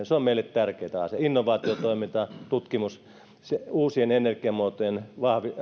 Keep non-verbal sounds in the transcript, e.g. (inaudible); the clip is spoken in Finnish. (unintelligible) se on meille tärkeätä innovaatiotoiminta tutkimus uusien energiamuotojen